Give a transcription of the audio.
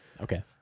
Okay